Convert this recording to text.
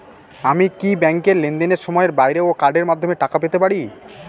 আমি কি ব্যাংকের লেনদেনের সময়ের বাইরেও কার্ডের মাধ্যমে টাকা পেতে পারি?